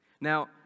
Now